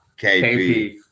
KP